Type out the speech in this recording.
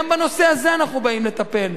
גם בנושא הזה אנחנו באים לטפל.